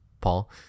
paul